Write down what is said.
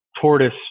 tortoise